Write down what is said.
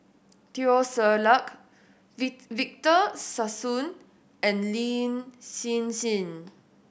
Teo Ser Luck Victor Sassoon and Lin Hsin Hsin